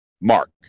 mark